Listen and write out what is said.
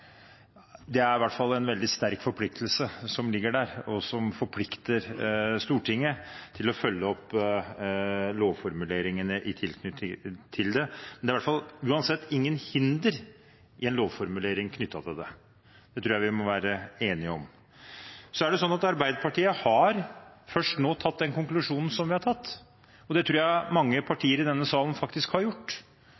er i hvert fall en veldig sterk forpliktelse som ligger der, og som forplikter Stortinget til å følge opp lovformuleringene i tilknytning til det. Det er uansett ikke noe hinder i en lovformulering knyttet til det. Det tror jeg vi må være enige om. Arbeiderpartiet har først nå kommet til en konklusjon. Det tror jeg faktisk mange partier i denne salen har gjort.